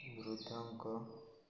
ବୃଦ୍ଧଙ୍କ